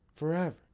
forever